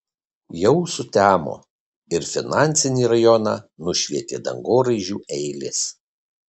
jau sutemo ir finansinį rajoną nušvietė dangoraižių eilės